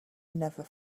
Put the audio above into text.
never